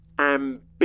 ambitious